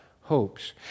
hopes